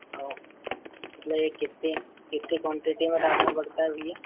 और मतलब कितने कितने क्वानटिटी में डालना पड़ता भैया